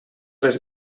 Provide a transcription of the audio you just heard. les